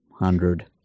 hundred